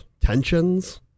tensions